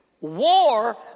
War